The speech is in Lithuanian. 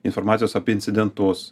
informacijos apie incidentus